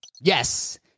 Yes